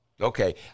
Okay